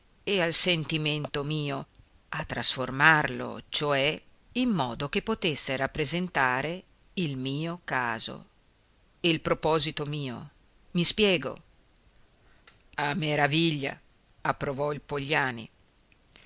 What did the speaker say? all'idea al sentimento mio a trasformarlo cioè in modo che potesse rappresentare il mio caso e il proposito mio mi spiego a meraviglia approvò il